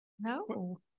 No